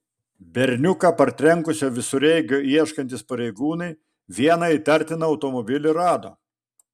berniuką partrenkusio visureigio ieškantys pareigūnai vieną įtartiną automobilį rado